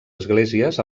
esglésies